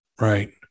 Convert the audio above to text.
Right